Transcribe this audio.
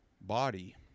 body